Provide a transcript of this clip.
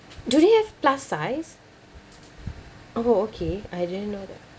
do they have plus size oh okay I didn't know that